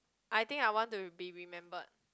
I think I want to be remembered